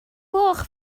gloch